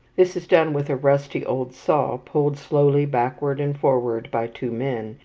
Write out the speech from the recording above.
this is done with a rusty old saw pulled slowly backward and forward by two men,